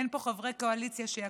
אין פה חברי קואליציה שיקומו.